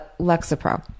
Lexapro